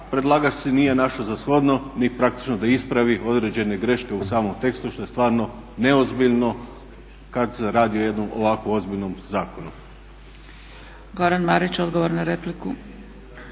predlagač si nije našao za shodno ni praktično da ispravi određene greške u samom tekstu što je stvarno neozbiljno kada se radi o jednom ovako ozbiljnom zakonu. **Zgrebec, Dragica